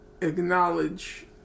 acknowledge